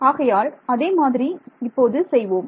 ஆகையால் அதே மாதிரி இப்போது செய்வோம்